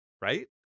Right